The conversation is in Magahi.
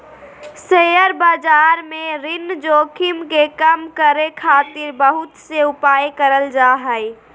शेयर बाजार में ऋण जोखिम के कम करे खातिर बहुत से उपाय करल जा हय